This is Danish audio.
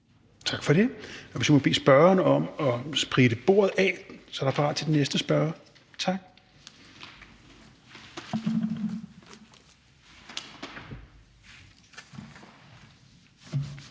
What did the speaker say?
Tak for det. Jeg skal bede spørgeren om at spritte bordet af, så det er parat til den næste spørger. Tak